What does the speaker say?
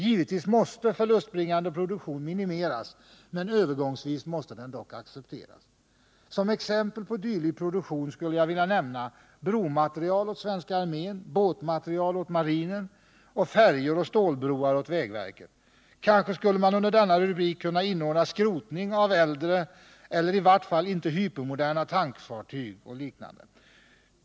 Givetvis måste förlustbringande produktion minimeras, men övergångsvis måste den accepteras. Som exempel på dylik produktion skulle jag vilja nämna bromateriel åt svenska armén, båtmateriel åt marinen och färjor och stålbroar åt vägverket. Kanske skulle man under denna rubrik kunna inordna skrotning av äldre eller i vart fall inte hypermoderna tankfartyg och liknande.